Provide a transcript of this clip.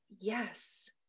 yes